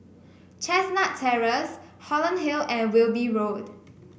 Chestnut Terrace Holland Hill and Wilby Road